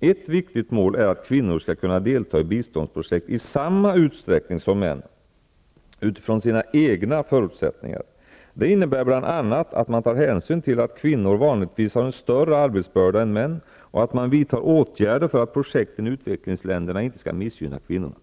Ett viktigt mål är att kvinnor skall kunna delta i biståndsprojekt i samma utsträckning som män, utifrån sina egna förutsättningar. Det innebär bl.a. att man tar hänsyn till att kvinnor vanligtvis har en större arbetsbörda än män, och att man vidtar åtgärder för att projekten i utvecklingsländerna inte skall missgynna kvinnorna.